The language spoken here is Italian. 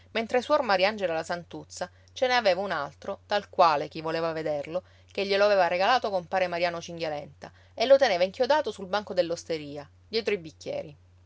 mentre suor mariangela la santuzza ce ne aveva un altro tal quale chi voleva vederlo che glielo aveva regalato compare mariano cinghialenta e lo teneva inchiodato sul banco dell'osteria dietro i bicchieri